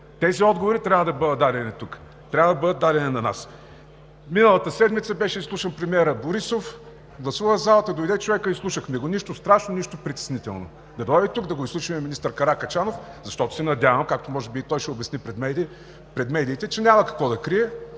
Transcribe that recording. Тези отговори трябва да бъдат дадени тук, трябва да бъдат дадени на нас. Миналата седмица беше изслушан премиерът Борисов, залата гласува. Дойде човекът, изслушахме го. Нищо страшно, нищо притеснително. Да дойде тук и да изслушаме министър Каракачанов, защото се надявам, както може би и той ще обясни пред медиите, че няма какво да крие.